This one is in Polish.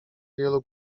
wielu